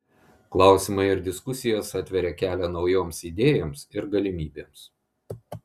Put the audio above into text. klausimai ir diskusijos atveria kelią naujoms idėjoms ir galimybėms